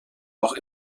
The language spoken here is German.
auch